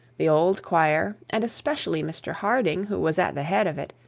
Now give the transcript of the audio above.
the old choir, and especially mr harding who was at the head of it,